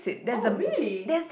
oh really